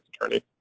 attorney